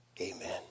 Amen